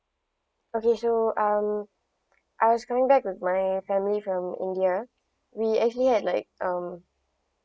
okay so um I was going back with my family from india we actually had like um